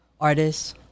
artists